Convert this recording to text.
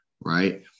right